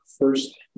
first